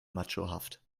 machohaft